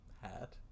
hat